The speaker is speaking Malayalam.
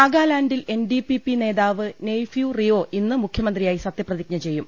നാഗാലാന്റിൽ എൻ ഡി പി പി നേതാവ് നെയ്ഫ്യൂ റിയോ ഇന്ന് മുഖ്യമന്ത്രിയായി സത്യപ്രതിജ്ഞ ചെയ്യും